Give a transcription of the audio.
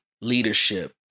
leadership